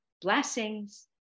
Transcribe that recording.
Blessings